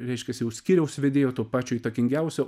reiškias jau skyriaus vedėjo to pačio įtakingiausio